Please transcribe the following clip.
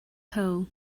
whole